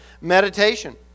meditation